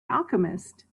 alchemist